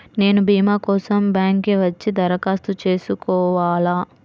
నేను భీమా కోసం బ్యాంక్కి వచ్చి దరఖాస్తు చేసుకోవాలా?